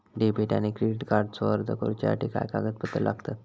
Debit आणि credit कार्डचो अर्ज करुच्यासाठी काय कागदपत्र लागतत?